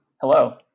hello